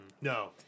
No